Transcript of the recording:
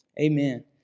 Amen